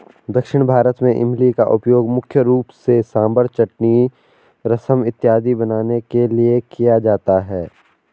दक्षिण भारत में इमली का उपयोग मुख्य रूप से सांभर चटनी रसम इत्यादि बनाने के लिए किया जाता है